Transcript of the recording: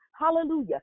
Hallelujah